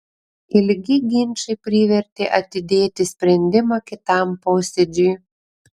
ilgi ginčai privertė atidėti sprendimą kitam posėdžiui